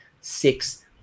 six